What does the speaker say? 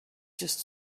just